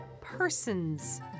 Persons